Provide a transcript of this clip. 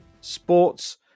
sports